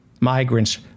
migrants